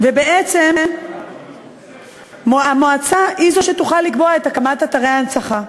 ובעצם המועצה היא זאת שתוכל לקבוע את הקמת אתרי ההנצחה.